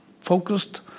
focused